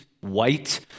white